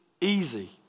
easy